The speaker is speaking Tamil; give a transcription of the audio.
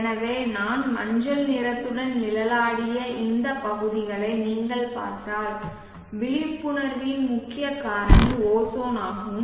எனவே நான் மஞ்சள் நிறத்துடன் நிழலாடிய இந்த பகுதிகளை நீங்கள் பார்த்தால் விழிப்புணர்வின் முக்கிய காரணி ஓசோன் ஆகும்